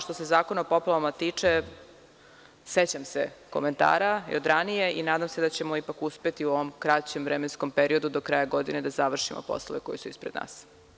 Što se tiče Zakona o poplavama, sećam se komentara od ranije i nadam se da ćemo ipak uspeti u ovom kraćem vremenskom periodu, do kraja godine, da završimo poslove koji su ispred nas.